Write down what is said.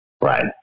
Right